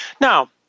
Now